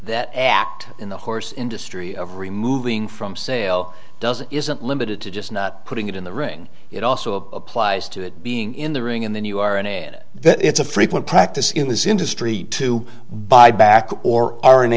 that act in the horse industry of removing from sale doesn't isn't limited to just not putting it in the ring it also applies to it being in the ring in the new r n a and that it's a frequent practice in this industry to buy back or are in